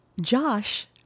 Josh